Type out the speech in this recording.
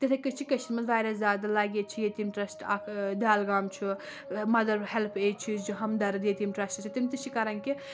تِتھٕے کٔنۍ چھِ کٔشیٖر منٛز واریاہ زیادٕ لَگہِ چھِ ییٚتیٖم ٹرٛسٹ اکھ دالگام چھُ مَدَر ہیٚلپ ایج چھِ ہَمدَرٕد ییٚتیٖم ٹرٛسٹ چھِ تِم تہِ چھِ کَران کہِ